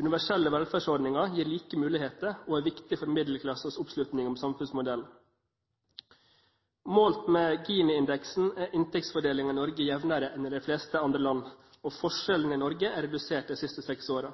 Universelle velferdsordninger gir like muligheter og er viktig for middelklassens oppslutning om samfunnsmodellen. Målt med Gini-indeksen er inntektsfordelingen i Norge jevnere enn i de fleste andre land, og forskjellene i Norge er redusert de siste seks årene.